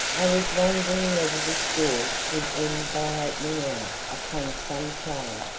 i was wondering whether this gorge would end by opening out upon some plain,